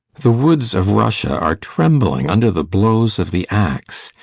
the woods of russia are trembling under the blows of the axe.